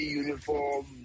uniform